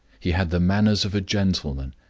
he had the manners of a gentleman,